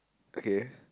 okay